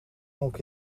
elk